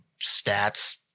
stats